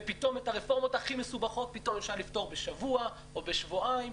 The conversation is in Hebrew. ופתאום את הרפורמות הכי מסובכות אפשר לפתור בשבוע או בשבועיים.